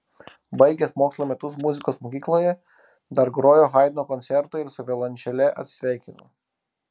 baigęs mokslo metus muzikos mokykloje dar grojo haidno koncertą ir su violončele atsisveikino